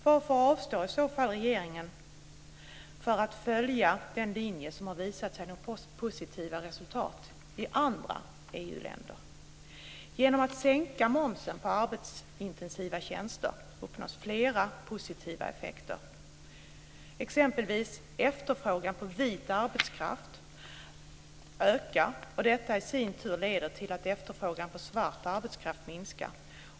Varför avstår i så fall regeringen från att följa den linje som har givit positiva resultat i andra EU-länder? Genom att sänka momsen på arbetsintensiva tjänster öppnar man för flera positiva effekter. Exempelvis ökar efterfrågan på vit arbetskraft. Detta i sin tur leder till att efterfrågan på svart arbetskraft minskar.